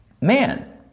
man